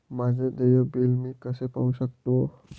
माझे देय बिल मी कसे पाहू शकतो?